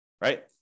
right